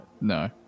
No